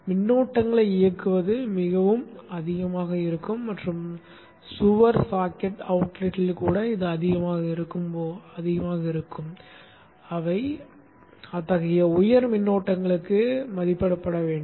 மின்னோட்டங்களை இயக்குவது மிகவும் அதிகமாக இருக்கும் மற்றும் சுவர் சாக்கெட் அவுட்லெட்டில் கூட இது அதிகமாக இருக்கும் ஆகும் அவை அத்தகைய உயர் மின்னோட்டங்களுக்கு மதிப்பிடப்பட வேண்டும்